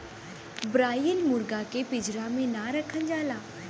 broiler मुरगा के पिजड़ा में ना रखल जाला